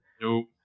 Nope